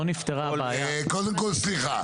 סליחה,